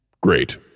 Great